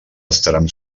estaran